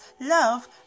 love